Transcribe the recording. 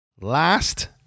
Last